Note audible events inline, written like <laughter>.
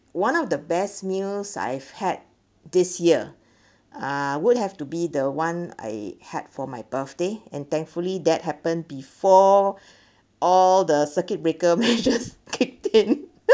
one of the best meals I've had this year would have to be the one I had for my birthday and thankfully that happened before all the circuit breaker measures kicked in <laughs>